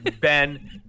Ben